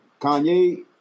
Kanye